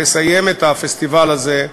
לסיים את הפסטיבל הזה,